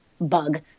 bug